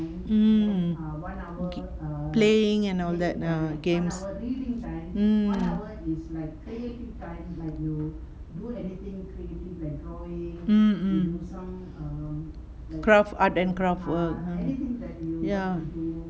mm playing and all that err games mm mm mm craft art and craft work ya